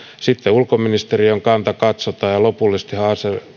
sitten ulkoministeriön kanta katsotaan ja lopullisestihan